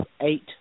eight